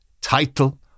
title